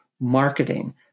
marketing